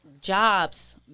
jobs